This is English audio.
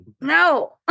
no